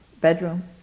bedroom